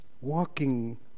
walking